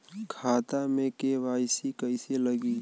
खाता में के.वाइ.सी कइसे लगी?